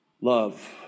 Love